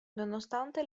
nonostante